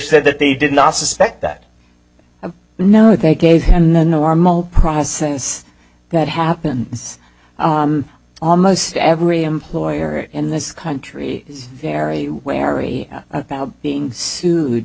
said that they did not suspect that no they gave and the normal process that happens almost every employer in this country is very wary about being sued